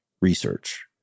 research